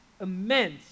immense